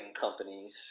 companies